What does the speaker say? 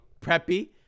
preppy